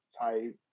type